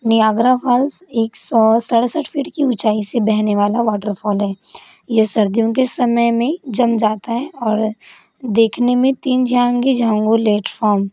Niagara Falls एक सौ सड़सठ फीट की ऊँचाई से बहने वाला वॉटरफॉल वॉटरफॉल है ये सर्दियों के समय में जम जाता है और देखने में तीन जह्यांगी झांगुर लेट फॉर्म